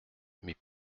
mes